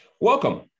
Welcome